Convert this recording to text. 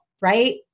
right